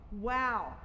Wow